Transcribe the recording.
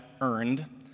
earned